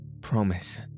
promise